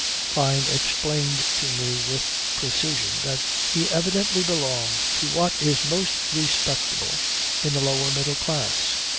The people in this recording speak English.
fyne explained to me with precision that he evidently belonged to what is most respectable in the lower middle classes.